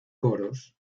coros